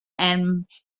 and